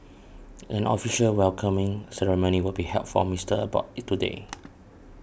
an official welcoming ceremony will be held for Mister Abbott today